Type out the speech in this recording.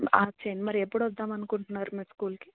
absent మరి ఎప్పుడు వద్దాం అనుకుంటున్నారు మీరు స్కూల్కి